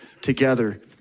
together